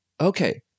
Okay